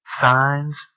signs